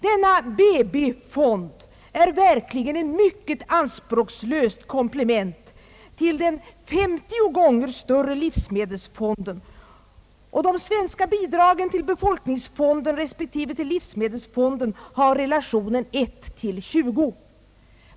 Denna babyfond är verkligen ett mycket anspråkslöst komplement till den 50 gånger större livsmedelsfonden, och det svenska bidraget till befolkningsfonden respektive till livsmedelsfonden har relationen 1:20.